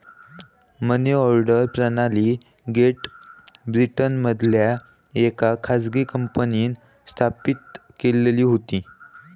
मनी order प्रणाली great ब्रिटनमधल्या येका खाजगी कंपनींन स्थापित केलेली होती